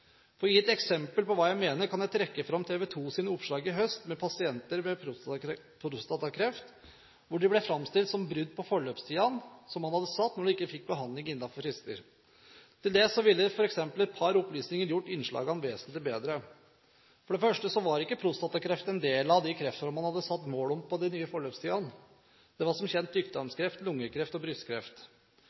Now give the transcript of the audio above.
For å gi et eksempel på hva jeg mener, kan jeg trekke fram TV 2s oppslag i høst om pasienter med prostatakreft, hvor det ble framstilt som brudd på forløpstidene som man hadde satt, når man ikke fikk behandling innenfor frister. Her ville f.eks. et par opplysninger gjort innslagene vesentlig bedre. For det første var ikke prostatakreft en del av de kreftformene man hadde satt mål om på de nye forløpstidene. Det var, som kjent, lungekreft, tykktarmskreft og brystkreft.